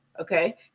okay